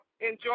enjoy